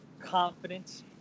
confidence